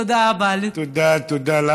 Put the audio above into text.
תודה רבה.